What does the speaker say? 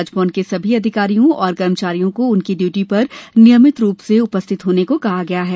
राजभवन के सभी अधिकारियों और कर्मचारियों को उनकी ड्यूटी पर नियमित रूप से उपस्थित होने को कहा गया है